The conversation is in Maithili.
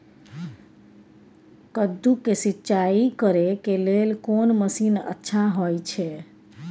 कद्दू के सिंचाई करे के लेल कोन मसीन अच्छा होय छै?